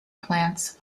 plants